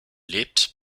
lebt